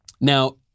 Now